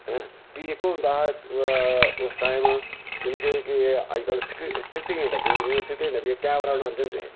हैं फ्ही इक होंदा हा उस टाइम जाने कि अज्जकल सिगटे दियां डब्बियां चली दियां सिगंटे डब्बिया कैमरा बनांदे होंदे हे